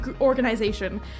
Organization